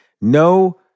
No